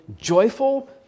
joyful